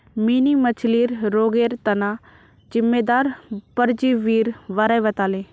mini मछ्लीर रोगेर तना जिम्मेदार परजीवीर बारे बताले